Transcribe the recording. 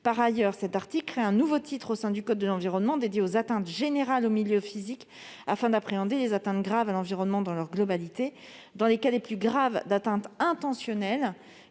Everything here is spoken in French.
Ensuite, cet article crée un nouveau titre au sein du code de l'environnement dédié aux atteintes générales aux milieux physiques afin d'appréhender les atteintes graves à l'environnement dans leur globalité. Dans les cas les plus sévères d'atteinte intentionnelle